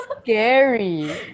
scary